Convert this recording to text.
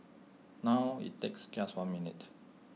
now IT takes just one minute